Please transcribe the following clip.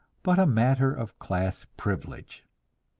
but a matter of class privilege.